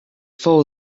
fou